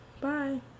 bye